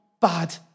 bad